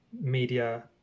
media